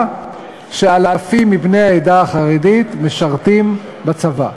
שאלפים מבני העדה החרדית משרתים בצבא.